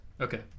Okay